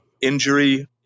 injury